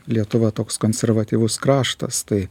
lietuva toks konservatyvus kraštas tai